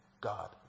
God